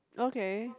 okay